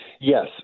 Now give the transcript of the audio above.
Yes